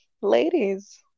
ladies